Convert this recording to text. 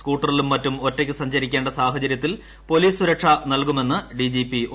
സ്കൂട്ടറിലും മറ്റും ഒറ്റയ്ക്കു സഞ്ചരിക്കേണ്ട സാഹചര്യത്തിൽ പോലീസ് സുരക്ഷ നൽകുമെന്ന് ഡിജിപി ഒ